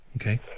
Okay